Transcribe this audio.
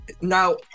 Now